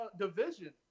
Division